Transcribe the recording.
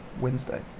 Wednesday